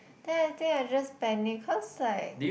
then I think I just panic cause like